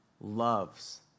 loves